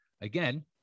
Again